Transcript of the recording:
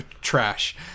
trash